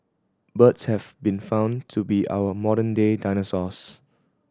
birds have been found to be our modern day dinosaurs